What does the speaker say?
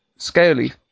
Scaly